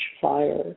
fire